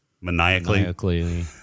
Maniacally